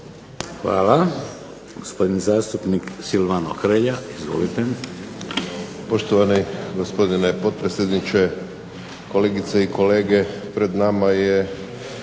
Hvala. Gospodin zastupnik Silvano Hrelja, izvolite. **Hrelja, Silvano (HSU)** Poštovani gospodine potpredsjedniče, kolegice i kolege. Pred nama je